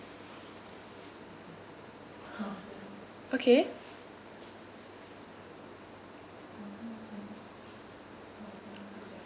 okay